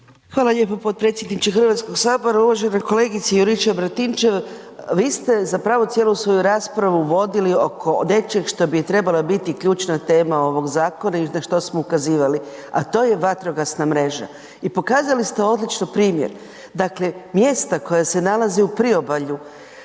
Hvala lijepo potpredsjedniče Hrvatskoga sabora, uvažena kolegice Juričev-Martinčev. vi ste zapravo cijelu svoju raspravu vodili oko nečeg što bi trebala biti ključna tema ovog zakona i na što smo ukazivali a to je vatrogasna mreža. I pokazali ste odlično primjer. Dakle mjesta koja se nalaze u Priobalju,